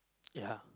ya